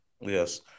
Yes